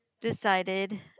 decided